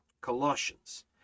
Colossians